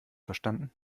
verstanden